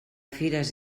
fires